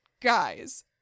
guys